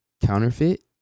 Counterfeit